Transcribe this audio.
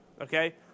Okay